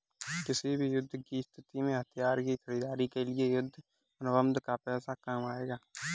किसी भी युद्ध की स्थिति में हथियार की खरीदारी के लिए युद्ध अनुबंध का पैसा काम आएगा